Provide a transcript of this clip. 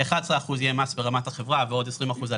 11 אחוזים יהיו מס ברמת החברה ועוד 20 אחוזים על